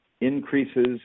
increases